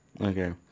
okay